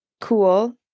cool